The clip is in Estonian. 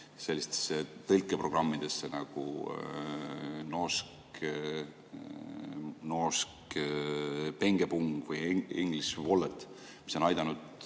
sellistesse tõlkeprogrammidesse nagu Norsk Pengepung või English Wallet, mis on aidanud